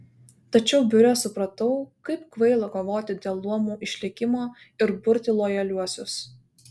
tačiau biure supratau kaip kvaila kovoti dėl luomų išlikimo ir burti lojaliuosius